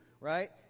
right